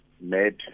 made